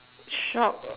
shock